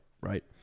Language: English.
Right